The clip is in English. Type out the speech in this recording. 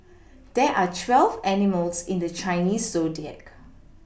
there are twelve animals in the Chinese zodiac